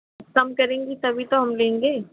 कम करेंगीं तभी तो हम लेंगे